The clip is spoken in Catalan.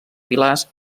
pilars